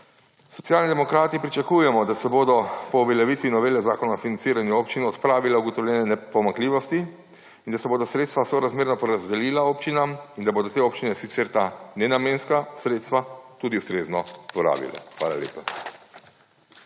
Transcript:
Socialni demokrati pričakujemo, da se bodo po uveljavitvi novele Zakona o financiranju občin odpravile ugotovljene pomanjkljivosti in da se bodo sredstva sorazmerno porazdelila občinam in da bodo te občine sicer ta nenamenska sredstva tudi ustrezno porabile. Hvala lepa.